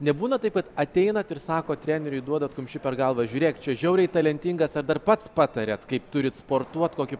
nebūna taip kad ateinat ir sakot treneriui duodat kumščiu per galvą žiūrėk čia žiauriai talentingas ar dar pats patariat kaip turit sportuoti kokį